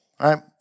right